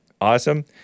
awesome